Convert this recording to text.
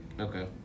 Okay